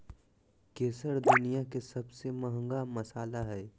केसर दुनिया के सबसे महंगा मसाला हइ